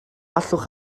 allwch